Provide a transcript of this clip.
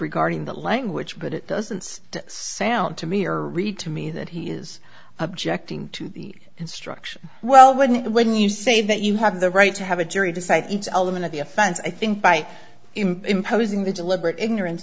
regarding the language but it doesn't sound to me or read to me that he is objecting to the construction well wouldn't it when you say that you have the right to have a jury decide each element of the offense i think by imposing the deliberate ignorance